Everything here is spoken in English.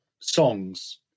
songs